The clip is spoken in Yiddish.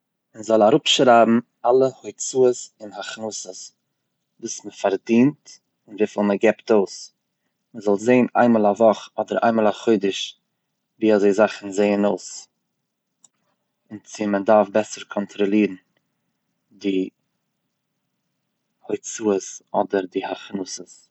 מ'זאל אראפ שרייבן אלע הוצאות און הכנסות וואס מען פארדינט און וויפיל מען געבט אויס, מען זאל זען איינמאל א וואך אדער איינמאל א חודש וויאזוי זאכן זעען אויס אןם צו מען דארף בעסער קאנטראלירן די הוצאות אדער הכנסות